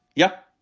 yeah.